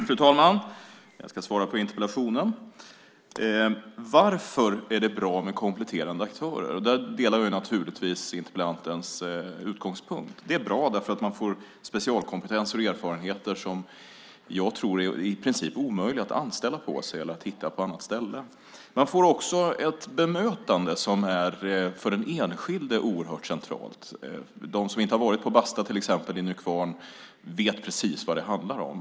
Fru talman! Jag ska svara på interpellationen. Varför är det bra med kompletterande aktörer? Där delar jag naturligtvis interpellantens utgångspunkt. Det är bra för att man får specialkompetenser och erfarenheter som jag tror i princip är omöjliga att anställa på eller att hitta på annat ställe. Man får också ett bemötande som för den enskilde är oerhört centralt. De som varit på exempelvis Basta i Nykvarn vet precis vad det handlar om.